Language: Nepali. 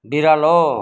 बिरालो